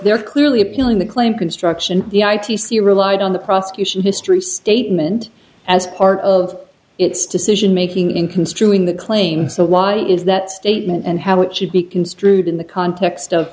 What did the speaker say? they're clearly appealing the claim construction the i t c relied on the prosecution history statement as part of its decision making in construing the claim so why is that statement and how it should be construed in the context of